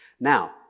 Now